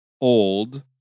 old